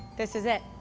this is it.